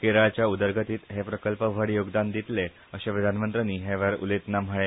केरळाच्या उदरगतीन हे प्रकल्प व्हड योगदान दितले अशें प्रधानमंत्र्यांनी हयावेळार उलयतना म्हळे